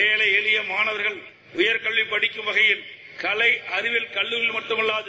ஏழழ எளிய மாணவர்கள் உயர் கல்வி படிக்கும் வகையில் கலை அறிவியல் கல்லூரிகள் மட்டுமல்லாது